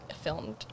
filmed